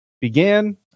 began